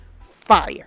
fire